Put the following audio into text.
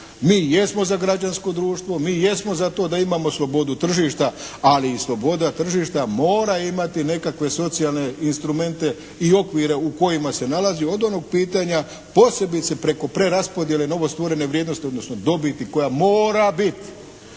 Mi jesmo za građansko društvo, mi jesmo za to da imamo slobodu tržišta, ali i sloboda tržišta mora imati nekakve socijalne instrumente i okvire u kojima se nalazi od onog pitanja posebice preko preraspodjele novostvorene vrijednosti, odnosno dobiti koja mora biti